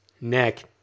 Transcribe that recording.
neck